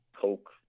coke